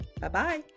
Bye-bye